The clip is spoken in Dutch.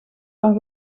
van